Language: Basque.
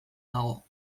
dago